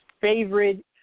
favorite